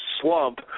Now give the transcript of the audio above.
slump